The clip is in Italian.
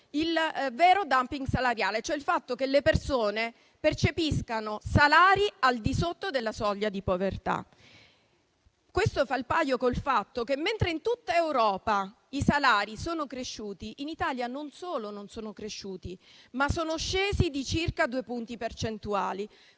il vero *dumping* salariale, cioè il fatto che le persone percepiscano salari al di sotto della soglia di povertà. Questo fa il paio con il fatto che mentre in tutta Europa i salari sono cresciuti, in Italia non solo non sono cresciuti, ma sono diminuiti di circa due punti percentuali.